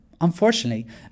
unfortunately